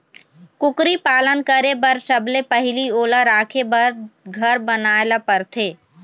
कुकरी पालन करे बर सबले पहिली ओला राखे बर घर बनाए ल परथे